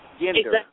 Gender